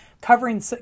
covering